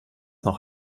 noch